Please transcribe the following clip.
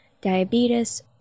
diabetes